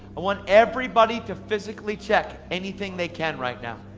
i want everybody to physically check anything they can right now.